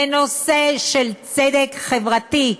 זה נושא של צדק חברתי,